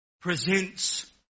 presents